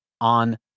on